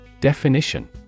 Definition